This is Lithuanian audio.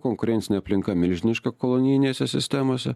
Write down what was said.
konkurencinė aplinka milžiniška kolonijinėse sistemose